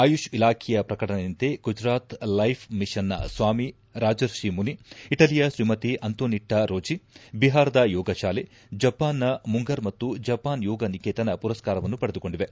ಆಯುಷ್ ಇಲಾಖೆಯ ಪ್ರಕಟಣೆಯಂತೆ ಗುಜರಾತ್ ಲೈಫ್ ಮಿಷನ್ನ ಸ್ವಾಮಿ ರಾಜರ್ಷಿಮುನಿ ಇಟಲಿಯ ಶ್ರೀಮತಿ ಅಂತೋನಿಟ್ಟ ರೋಜಿ ಬಿಹಾರದ ಯೋಗ ಶಾಲೆ ಜಪಾನ್ನ ಮುಂಗರ್ ಮತ್ತು ಜಪಾನ್ ಯೋಗ ನಿಕೇತನ ಮರಸ್ಕಾರವನ್ನು ಪಡೆದುಕೊಂಡಿವೆ